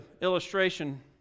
illustration